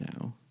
now